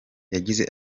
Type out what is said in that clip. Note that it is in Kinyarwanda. yagize